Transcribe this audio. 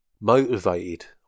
motivated